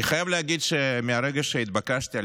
אני חייב להגיד שמהרגע שהתבקשתי על